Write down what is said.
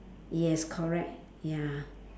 yes correct ya